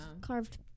carved